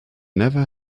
never